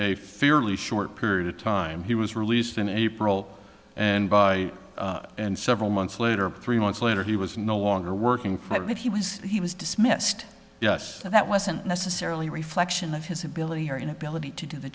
a fairly short period of time he was released in april and by and several months later three months later he was no longer working for but he was he was dismissed yes but that wasn't necessarily a reflection of his ability or inability to do the